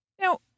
Now